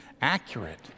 accurate